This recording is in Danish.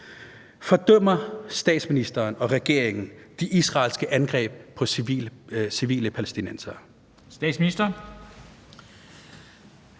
Fordømmer statsministeren og regeringen de israelske angreb på civile palæstinensere?